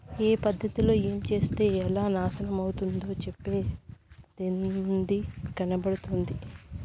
ఏ పద్ధతిలో ఏంచేత్తే ఎలా నాశనమైతందో చెప్పేదేముంది, కనబడుతంటే